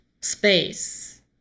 space